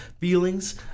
feelings